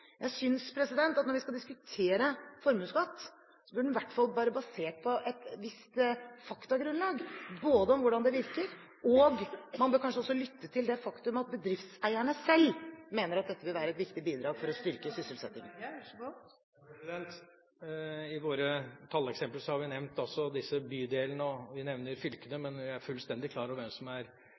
Jeg synes at når vi skal diskutere formuesskatt, bør det i hvert fall være basert på et visst faktagrunnlag, på hvordan den virker. Man bør kanskje også ta med det faktum at bedriftseierne selv mener at dette vil være et viktig bidrag til å styrke sysselsettingen. I våre talleksempler har vi nevnt disse bydelene, og vi nevner fylkene. Men vi er fullstendig klar over hvem som er